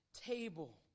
table